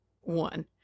one